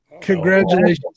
Congratulations